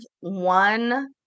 one